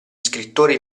scrittori